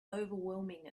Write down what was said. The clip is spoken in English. overwhelming